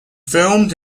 filmed